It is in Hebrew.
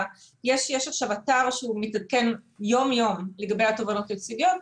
יש עכשיו אתר שהוא מתעדכן יום-יום לגבי התובענות הייצוגיות,